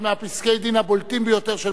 אחד מפסקי-הדין הבולטים ביותר של